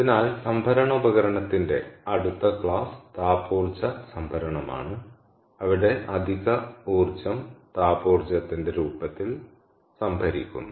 അതിനാൽ സംഭരണ ഉപകരണത്തിന്റെ അടുത്ത ക്ലാസ് താപ ഊർജ്ജ സംഭരണമാണ് അവിടെ അധിക ഊർജ്ജം താപ ഊർജ്ജത്തിന്റെ രൂപത്തിൽ സംഭരിക്കുന്നു